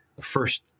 first